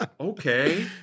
Okay